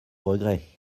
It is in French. regret